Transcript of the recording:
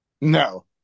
No